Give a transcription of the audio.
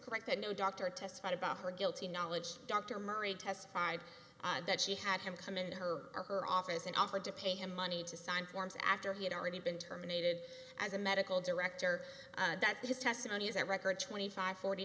correct that no doctor testified about her guilty knowledge dr murray testified that she had him come into her or her office and offered to pay him money to sign forms after he had already been terminated as a medical director that his testimony is that record twenty five forty